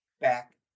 back